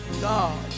god